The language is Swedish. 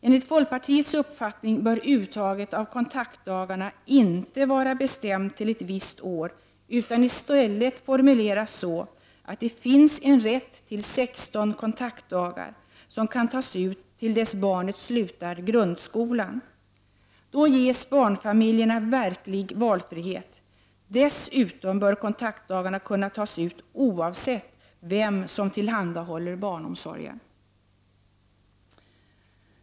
Enligt folkpartiet bör uttaget av kontaktdagarna inte vara knutet till ett visst år. I stället bör detta formuleras så, att man har rätt till 16 kontaktdagar som kan tas ut fram till dess barnet slutar grundskolan. Då ges barnfamiljerna verklig valfrihet. Dessutom bör kontaktdagarna kunna tas ut oavsett vem det är som tillhandahåller barnomsorgen.